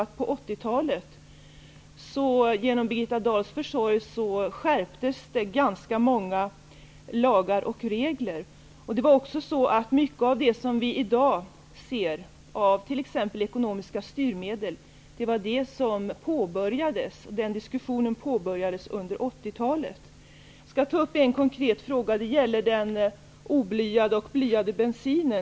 Men på 80-talet skärptes ganska många lagar och regler genom Birgitta Dahls försorg. Diskussionen om mycket av det vi ser i dag, t.ex. ekonomiska styrmedel, påbörjades under 80-talet. Jag skall ta upp en konkret fråga. Den gäller den oblyade och blyade bensinen.